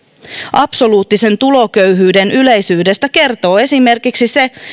absoluuttisen tuloköyhyyden yleisyydestä kertoo esimerkiksi se